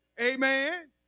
Amen